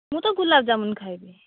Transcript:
ମୁଁ ତ ଗୁଲାବ୍ ଯାମୁନ୍ ଖାଇବି